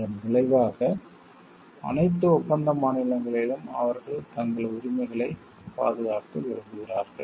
இதன் விளைவாக அனைத்து ஒப்பந்த மாநிலங்களிலும் அவர்கள் தங்கள் உரிமைகளைப் பாதுகாக்க விரும்புகிறார்கள்